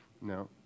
No